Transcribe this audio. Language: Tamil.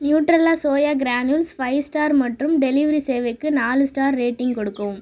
Nutrela soya granules five star மற்றும் டெலிவரி சேவைக்கு நாலு ஸ்டார் ரேட்டிங் கொடுக்கவும்